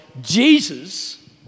Jesus